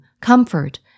comfort